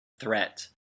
threat